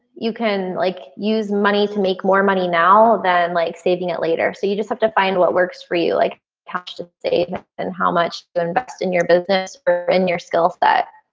you can like use money to make more money now than like saving it later. so you just have to find what works for you like cash to save and how much to invest in your business or in your skill set.